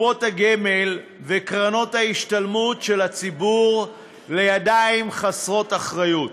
קופות הגמל וקרנות ההשתלמות של הציבור בידיים חסרות אחריות.